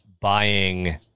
buying